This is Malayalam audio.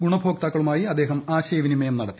ഗുണഭോക്താക്കളുമായി അദ്ദേഹം ആശയവിനിമയം നടത്തി